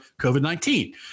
COVID-19